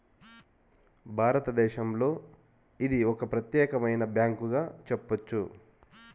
భారతదేశంలో ఇది ఒక ప్రత్యేకమైన బ్యాంకుగా చెప్పొచ్చు